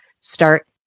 Start